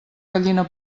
gallina